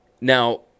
Now